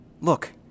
Look